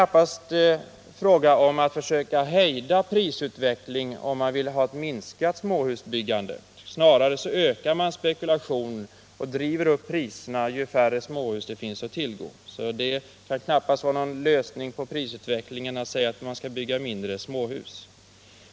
Prisutvecklingen kan knappast hejdas genom att småhusbyggandet minskas. Snarare ökar man spekulationen och driver upp priserna om färre småhus finns att tillgå. Det kan således knappast vara någon lösning på prisutvecklingsproblemet att bygga färre småhus.